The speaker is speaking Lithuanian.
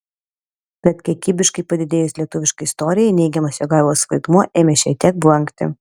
tad kiekybiškai padidėjus lietuviškai istorijai neigiamas jogailos vaidmuo ėmė šiek tiek blankti